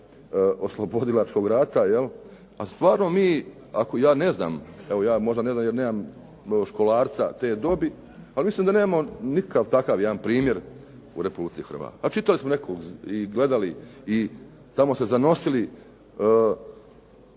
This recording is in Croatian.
oslobodilačkog rata. Stvarno mi, ja ne znam, evo ja možda ne znam jer nemam školarca te dobi. Ali mislim da nemamo nikakav takav jedan primjer u Republici Hrvatskoj. A čitali neko i gledali i tamo se zanosili